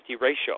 ratio